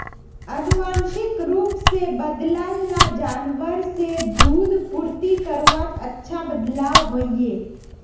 आनुवांशिक रूप से बद्लाल ला जानवर से दूध पूर्ति करवात अच्छा बदलाव होइए